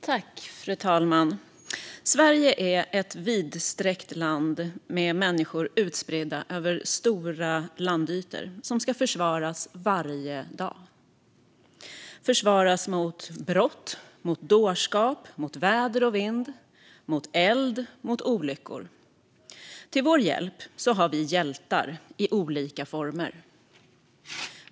Fru talman! Sverige är ett vidsträckt land med människor utspridda över stora landytor - människor som ska försvaras varje dag. De ska försvaras mot brott, mot dårskap, mot väder och vind, mot eld och mot olyckor. Till vår hjälp har vi hjältar i olika former.